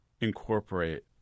incorporate